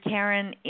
Karen